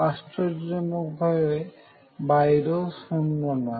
আশ্চর্যজনকভাবে বক্সের বাইরেও 0 নয়